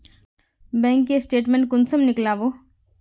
Bank के statement कुंसम नीकलावो?